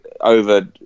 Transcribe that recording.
over